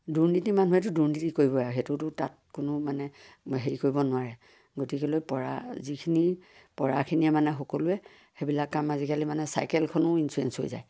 দুৰ্নীতি মানুহেেতো দুৰ্নীতি কৰিবই আৰু সেইটোতো তাত কোনো মানে হেৰি কৰিব নোৱাৰে গতিকেলৈ পৰা যিখিনি পৰাখিনিয়ে মানে সকলোৱে সেইবিলাক কাম আজিকালি মানে চাইকেলখনো ইঞ্চুৰেঞ্চ হৈ যায়